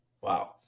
Wow